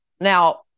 Now